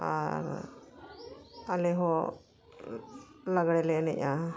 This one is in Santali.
ᱟᱨ ᱟᱞᱮᱦᱚᱸ ᱞᱟᱜᱽᱲᱮ ᱞᱮ ᱮᱱᱮᱡᱼᱟ